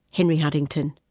henry huntington.